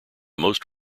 most